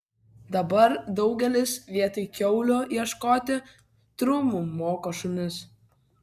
dabar daugelis vietoj kiaulių ieškoti trumų moko šunis